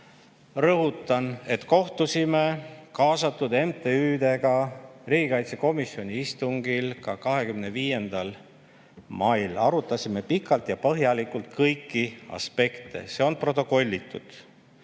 Rõhutan, et kohtusime kaasatud MTÜ‑dega riigikaitsekomisjoni istungil 25. mail. Arutasime pikalt ja põhjalikult kõiki aspekte, see on protokollitud,